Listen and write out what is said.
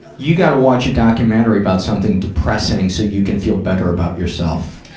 you gotta watch a documentary about something depressing, so you can feel better about yourself.